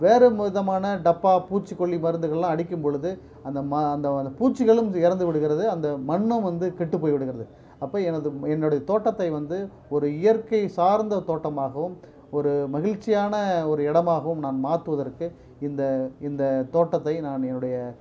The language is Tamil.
வேறு விதமான டப்பா பூச்சிக்கொல்லி மருந்துகள்லாம் அடிக்கும் பொழுது அந்த ம அந்த அந்த பூச்சிகளும் இறந்து விடுகிறது அந்த மண்ணும் வந்து கெட்டு போய் விடுகிறது அப்போ எனது என்னுடை தோட்டத்தை வந்து ஒரு இயற்கை சார்ந்த தோட்டமாகவும் ஒரு மகிழ்ச்சியான ஒரு இடமாகவும் நான் மாற்றுவதற்கு இந்த இந்த தோட்டத்தை நான் என்னுடைய